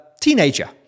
teenager